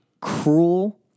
Cruel